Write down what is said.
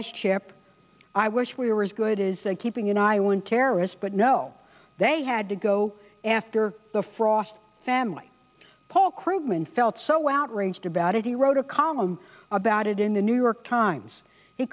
s chip i wish we were as good as they keeping an eye on terrorists but no they had to go after the frost family paul krugman felt so outraged about it he wrote a column about it in the new york times he